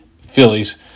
Phillies